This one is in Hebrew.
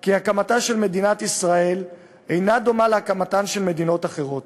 כי הקמתה של מדינת ישראל אינה דומה להקמתן של מדינות אחרות.